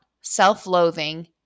self-loathing